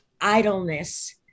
idleness